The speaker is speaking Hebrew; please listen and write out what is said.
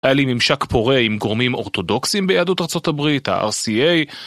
היה לי ממשק פורה עם גורמים אורתודוקסים ביהדות ארה״ב, ה-RCA.